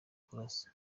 kurasa